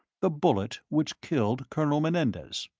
the bullet which killed colonel menendez.